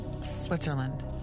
Switzerland